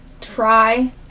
try